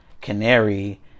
Canary